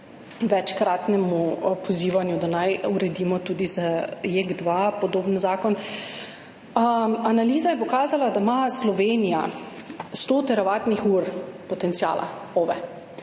večkratnemu pozivanju, da naj uredimo tudi za JEK 2 podoben zakon. Analiza je pokazala, da ima Slovenija 100 teravatnih ur potenciala OVE.